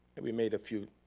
and we made a few,